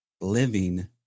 living